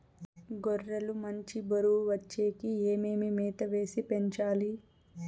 గొర్రె లు మంచి బరువు వచ్చేకి ఏమేమి మేత వేసి పెంచాలి?